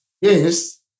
Yes